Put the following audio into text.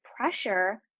Pressure